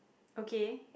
okay